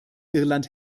irland